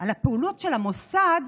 על הפעולות של המוסד,